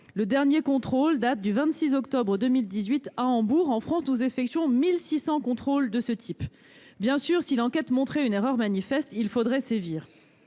Le dernier contrôle date du 26 octobre 2018 à Hambourg ; en France, nous effectuons 1 600 contrôles de ce type. Si l'enquête démontrait une erreur manifeste, il faudrait bien